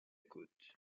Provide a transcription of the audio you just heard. côte